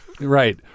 Right